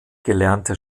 gelernter